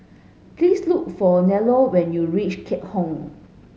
please look for Nello when you reach Keat Hong